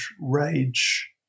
rage